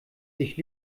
sich